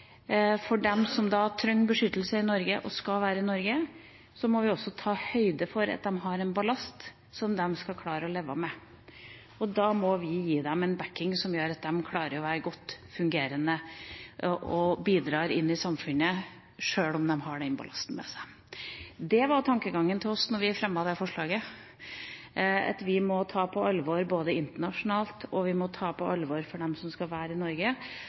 imot dem som faktisk skal være her. Skal de ha en god start i Norge, må vi huske på hvilken ballast de faktisk har. De som trenger beskyttelse i Norge og skal være i Norge, må vi også ta høyde for at har en ballast de skal klare å leve med. Da må vi gi dem en «backing» som gjør at de klarer å være godt fungerende og bidra til samfunnet sjøl om de har den ballasten med seg. Det var tankegangen vår da vi fremmet forslaget: at vi må ta på alvor, både internasjonalt og for dem som skal være i Norge,